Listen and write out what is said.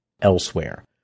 elsewhere